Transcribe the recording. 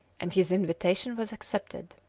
and his invitation was accepted.